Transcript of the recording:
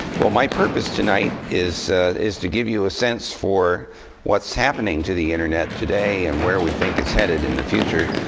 well, my purpose tonight is is to give you a sense for what's happening to the internet today and where we think it's headed in the future.